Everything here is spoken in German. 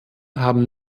haben